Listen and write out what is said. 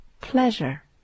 pleasure